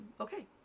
okay